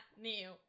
new